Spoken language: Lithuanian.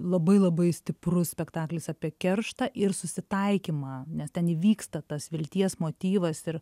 labai labai stiprus spektaklis apie kerštą ir susitaikymą nes ten įvyksta tas vilties motyvas ir